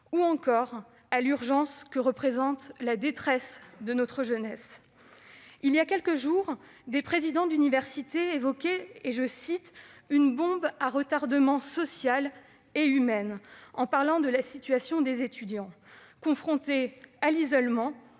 ou encore à l'urgence que représente la détresse de notre jeunesse. Voilà quelques jours, des présidents d'université évoquaient une « bombe à retardement sociale et humaine », en parlant de la situation des étudiants, confrontés à l'isolement,